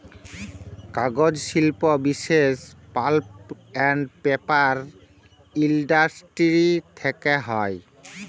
কাগজ শিল্প বিশেষ পাল্প এল্ড পেপার ইলডাসটিরি থ্যাকে হ্যয়